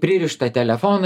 pririštą telefoną